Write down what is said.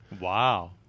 Wow